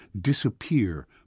disappear